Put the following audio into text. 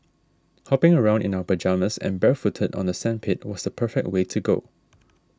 hopping around in our pyjamas and barefooted on the sandpit was the perfect way to go